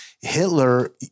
Hitler